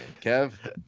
Kev